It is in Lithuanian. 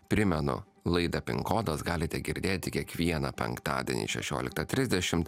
primenu laidą pinkodos galite girdėti kiekvieną penktadienį šešioliktą trisdešim